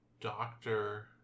doctor